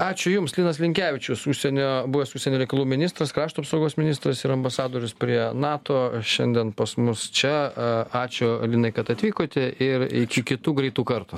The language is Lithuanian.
ačiū jums linas linkevičius užsienio buvęs užsienio reikalų ministras krašto apsaugos ministras ir ambasadorius prie nato šiandien pas mus čia ačiū linai kad atvykote ir iki kitų greitų kartų